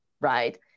right